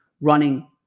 running